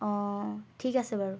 অ ঠিক আছে বাৰু